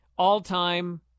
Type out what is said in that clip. All-time